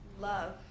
love